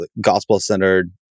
gospel-centered